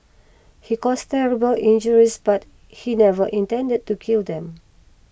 he caused terrible injuries but he never intended to kill them